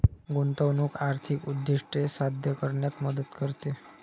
गुंतवणूक आर्थिक उद्दिष्टे साध्य करण्यात मदत करते